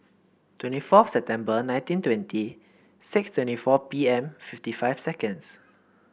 twenty four September nineteen twenty six twenty four P M fifty five seconds